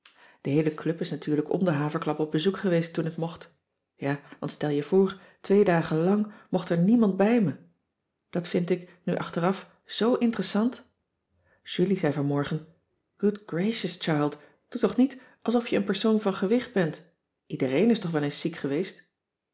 de heele club is natuurlijk om de haverklap op bezoek geweest toen het mocht ja want stel je voor twee dagen lang mocht er niemand bij me dat vind ik nu achteraf zoo interessant julie zei vanmorgen good gracious child doe toch niet alsof je een persoon van gewicht bent iedereen is toch wel eens ziek geweest